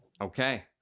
Okay